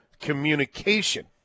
communication